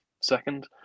second